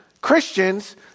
Christians